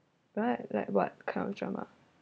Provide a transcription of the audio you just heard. but like what kind of drama